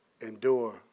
endure